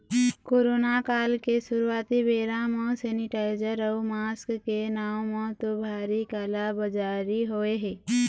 corona काल के शुरुआती बेरा म सेनीटाइजर अउ मास्क के नांव म तो भारी काला बजारी होय हे